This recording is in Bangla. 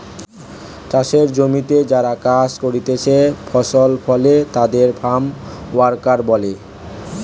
চাষের জমিতে যারা কাজ করতিছে ফসল ফলে তাদের ফার্ম ওয়ার্কার বলে